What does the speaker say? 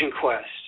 quest